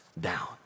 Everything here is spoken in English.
down